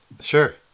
Sure